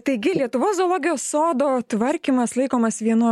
taigi lietuvos zoologijos sodo tvarkymas laikomas vienu